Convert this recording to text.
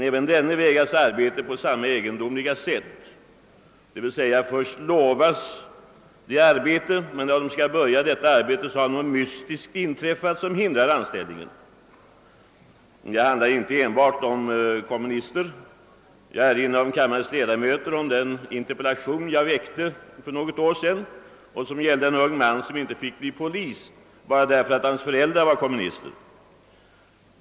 Även denne vägrades arbete på samma egendomliga sätt, d. v. s. först lovades honom arbete, men när han skulle börja detta arbete hade något mystiskt inträffat som hindrade att han anställdes. Det handlar inte enbart om kommunister. Jag erinrar kammarens ledamöter om den interpellation som jag väckte för något år sedan och som gällde en ung man som inte fick bli polis därför att hans föräldrar var kommunister.